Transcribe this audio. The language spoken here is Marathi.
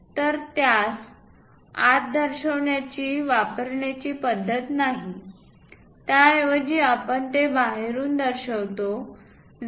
तर त्यास आत दर्शविण्याची वापरायची पद्धत नाही त्याऐवजी आपण ते बाहेरून दर्शवितो 0